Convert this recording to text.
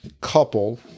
couple